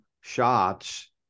shots